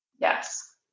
Yes